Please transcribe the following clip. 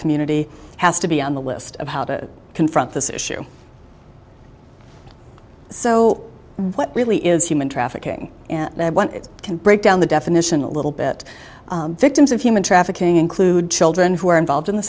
community has to be on the list of how to confront this issue so what really is human trafficking can break down the definition a little bit victims of human trafficking include children who are involved in the